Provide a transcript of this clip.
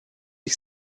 ich